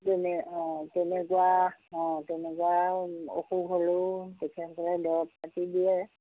তেনে অঁ তেনেকুৱা অঁ তেনেকুৱা অসুখ হ'লেও তেখেতসকলে দৰৱ পাতি দিয়ে